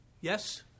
yes